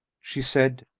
she said,